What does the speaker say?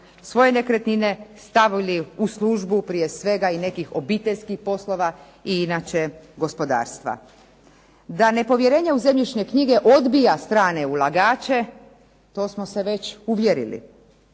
svoje nekretnine stavili u službu prije svega i nekih obiteljskih poslova i inače gospodarstva. Da nepovjerenje u zemljišne knjige odbija strane ulagače, to smo se već uvjerili.